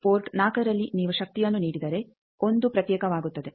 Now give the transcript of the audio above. port 4ನಲ್ಲಿ ನೀವು ಶಕ್ತಿಯನ್ನು ನೀಡಿದರೆ 1 ಪ್ರತ್ಯೇಕವಾಗುತ್ತದೆ